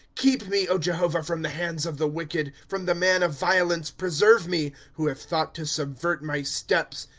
keep me, jehovah, from the hands of the wicked from the man of violence preserve me who have thought to subvert my steps,